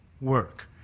work